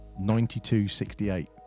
92-68